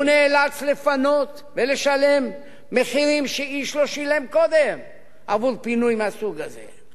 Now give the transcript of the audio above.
והוא נאלץ לפנות ולשלם מחיר שאיש לא שילם קודם עבור פינוי מהסוג הזה.